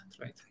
right